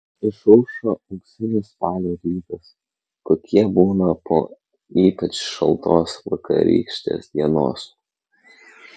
išaušo auksinis spalio rytas kokie būna po ypač šaltos vakarykštės dienos